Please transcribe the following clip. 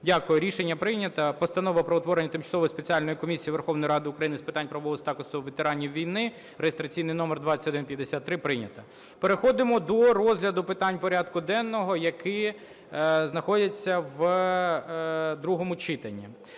Дякую. Рішення прийнято. Постанова про утворення Тимчасової спеціальної комісії Верховної Ради України з питань правового статусу ветеранів війни (реєстраційний номер 2153) прийнята. Переходимо до розгляду питань порядку денного, які знаходяться в другому читанні.